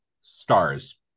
stars